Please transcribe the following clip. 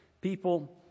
people